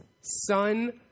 son